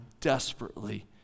desperately